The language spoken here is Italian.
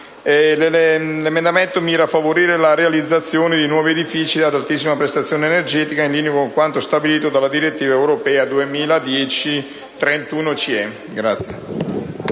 questione mira a favorire la realizzazione di nuovi edifici ad altissima prestazione energetica, in linea con quanto stabilito dalla direttiva europea 2010/31/UE.